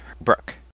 Brooke